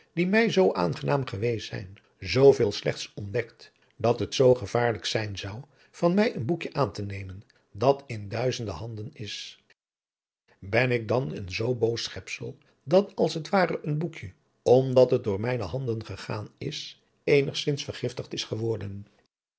die mij zoo aangenaam geweest zijn zooveel slechts adriaan loosjes pzn het leven van hillegonda buisman ontdekt dat het zoo gevaarlijk zijn zou van mij een boekje aan te nemen dat in duizende handen is ben ik dan een zoo boos schepsel dat als het ware een boekje omdat het door mijne handen gegaan is eenigzins vergiftigd is geworden